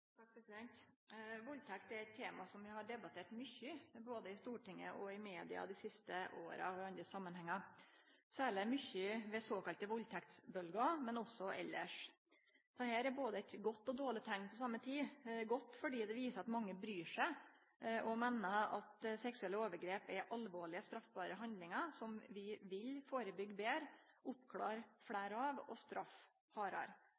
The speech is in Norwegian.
eit tema som vi har debattert mykje, både i Stortinget, i media og i andre samanhenger dei siste åra, særleg ved såkalla valdtektsbølgjer, men også elles. Dette er både eit godt og eit dårleg teikn på same tid. Det er godt fordi det viser at mange bryr seg og meiner at seksuelle overgrep er alvorlege, straffbare handlingar som vi vil førebyggje betre, oppklare